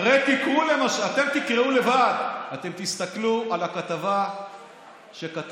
אתם תקראו לבד, אתם תסתכלו על הכתבה שכתב